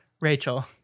Rachel